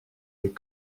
les